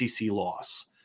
loss